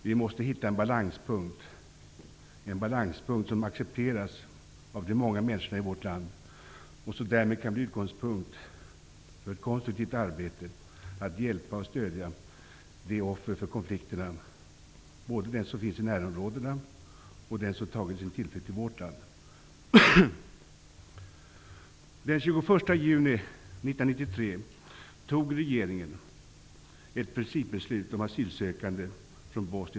Vi måste hitta en balanspunkt som accepteras av de många människorna i vårt land och som därmed kan bli en utgångspunkt för ett konstruktivt arbete att hjälpa och stödja offren för konflikterna, både dem som finns i närområdena och dem som tagit sin tillflykt till vårt land.